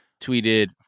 tweeted